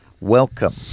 welcome